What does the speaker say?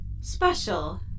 special